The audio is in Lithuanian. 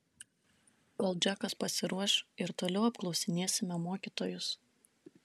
kol džekas pasiruoš ir toliau apklausinėsime mokytojus